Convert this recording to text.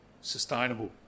sustainable